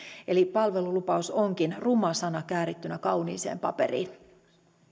eli palvelulupaus onkin ruma sana käärittynä kauniiseen paperiin